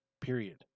period